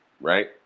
right